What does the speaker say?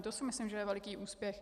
To si myslím, že je veliký úspěch.